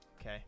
okay